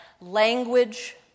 language